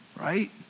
right